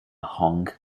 hong